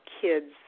kids